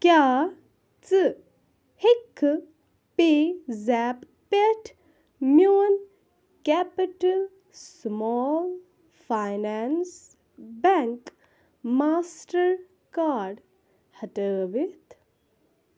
کیٛاہ ژٕ ہیٚککھہٕ پے زیپ پٮ۪ٹھ میون Capital Small Finance Bank Mastercard ہٹٲوِتھ